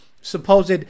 supposed